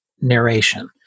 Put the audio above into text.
narration